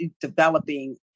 developing